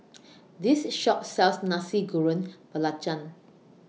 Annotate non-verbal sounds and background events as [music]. [noise] This Shop sells Nasi Goreng Belacan